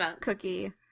cookie